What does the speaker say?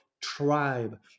tribe